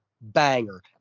banger